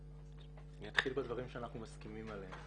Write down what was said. אני אתחיל בדברים שאנחנו מסכימים עליהם